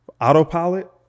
autopilot